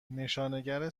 نشانگر